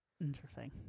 Interesting